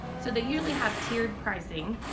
so they usually have tiered pricing.